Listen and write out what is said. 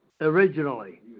originally